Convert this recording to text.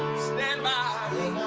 stand by